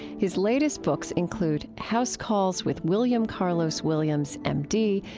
his latest books include house calls with william carlos williams, m d.